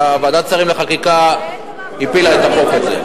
וועדת השרים לחקיקה הפילה את החוק הזה.